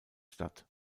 statt